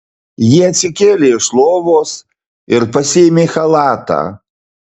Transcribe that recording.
ji atsikėlė iš lovos ir pasiėmė chalatą